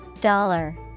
dollar